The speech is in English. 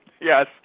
Yes